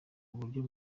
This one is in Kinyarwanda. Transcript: buryo